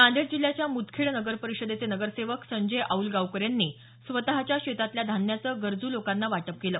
नांदेड जिल्ह्याच्या मुदखेड नगर परिषदेचे नगरसेवक संजय आऊलवार यांनी स्वतच्या शेतातल्या धान्याचं गरजू लोकांना वाटप केलं